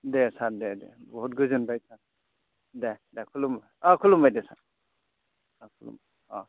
दे सार दे दे बुहुद गोजोनबाय देह देह खुलुमबाय अ खुलुमबाय दे अ